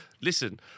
Listen